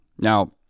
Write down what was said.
Now